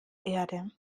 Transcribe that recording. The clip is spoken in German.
erde